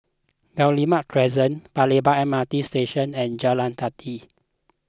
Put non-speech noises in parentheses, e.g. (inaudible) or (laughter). Guillemard Crescent (unintelligible) Lebar M R T Station and Jalan Teliti